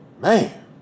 man